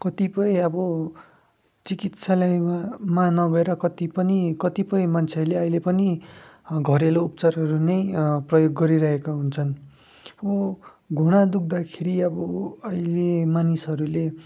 कतिपय अब चिकित्सालयमा मा नभएर कति पनि कतिपय मान्छेहरूले अहिले पनि घरेलु उपचारहरू नै प्रयोग गरिरहेका हुन्छन् घुँडा दुख्दाखेरि अब अहिले मानिसहरूले